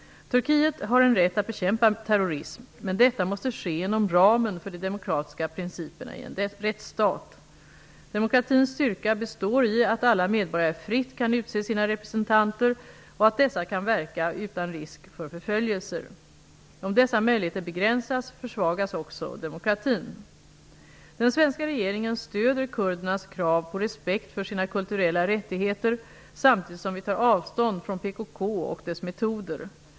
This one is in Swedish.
Turkiet har en rätt att bekämpa terrorism, men detta måste ske inom ramen för de demokratiska principerna i en rättsstat. Demokratins styrka består i att alla medborgare fritt kan utse sina representanter och att dessa kan verka utan risk för förföljelser. Om dessa möjligheter begränsas försvagas också demokratin. Den svenska regeringen stöder kurdernas krav på respekt för sina kulturella rättigheter samtidigt som vi tar avstånd från PKK och dess metoder.